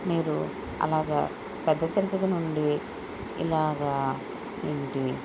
మీరు అలాగా పెద్ద తిరుపతి నుండి ఇలాగా ఇంటి